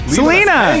Selena